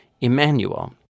Emmanuel